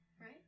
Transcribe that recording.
Right